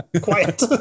Quiet